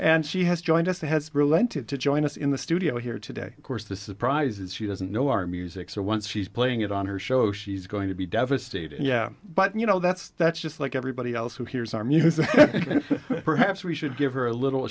and she has joined us and has relented to join us in the studio here today course the surprise is she doesn't know our music so once she's playing it on her show she's going to be devastated yeah but you know that's that's just like everybody else who hears our music and perhaps we should give her a little